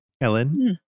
Ellen